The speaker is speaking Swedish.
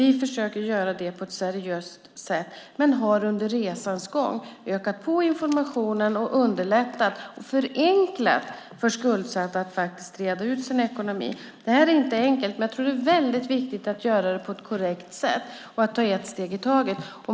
Vi försöker göra det på ett seriöst sätt men har under resans gång ökat på informationen och underlättat och förenklat för skuldsatta att faktiskt reda ut sin ekonomi. Det är inte enkelt, men jag tror att det är väldigt viktigt att göra det på ett korrekt sätt och att ta ett steg i taget.